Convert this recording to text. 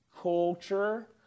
culture